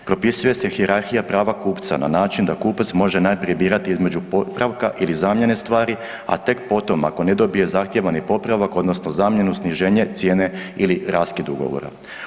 Propisuje se hijerarhija prava kupca na način da kupac može najprije birati između popravka ili zamjene stvari, a tek potom ako ne dobije zahtijevani popravak odnosno zamjenu, sniženje cijene ili raskid ugovora.